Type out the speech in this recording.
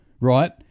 Right